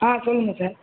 ஆ சொல்லுங்கள் சார்